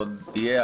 עוד יהיה,